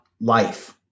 life